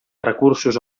recursos